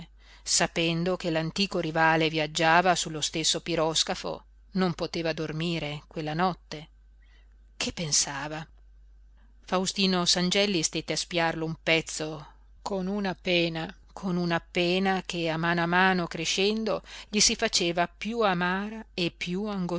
sapendo che l'antico rivale viaggiava sullo stesso piroscafo non poteva dormire quella notte che pensava faustino sangelli stette a spiarlo un pezzo con una pena con una pena che a mano a mano crescendo gli si faceva piú amara e piú